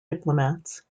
diplomats